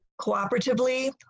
cooperatively